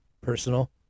personal